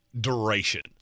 duration